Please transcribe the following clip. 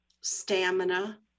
stamina